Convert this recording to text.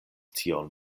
tion